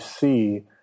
see